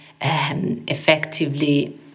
effectively